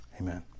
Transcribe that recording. Amen